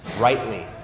rightly